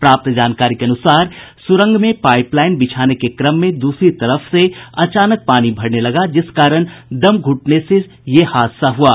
प्राप्त जानकारी के अनुसार सुरंग में पाईप लाईन बिछाने के क्रम में दूसरी तरफ से अचानक पानी भरने लगा जिस कारण दम घूटने से सभी की मौत हो गयी